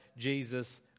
Jesus